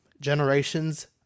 generations